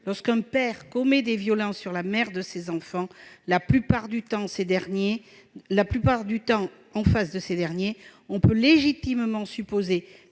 lorsqu'un père commet des violences sur la mère de ses enfants, la plupart du temps en face de ces derniers, on peut légitimement supposer